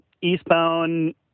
eastbound